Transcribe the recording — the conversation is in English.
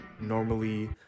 normally